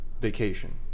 vacation